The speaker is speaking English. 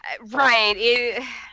Right